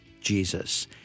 Jesus